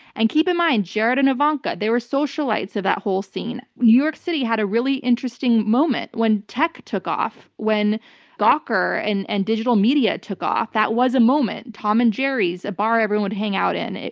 and keep in mind, jared and ivanka, they were socialites of that whole scene. new york city had a really interesting moment when tech took off, when gawker and and digital media took off. that was a moment. tom and jerry's, a bar everyone hung out in,